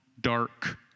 dark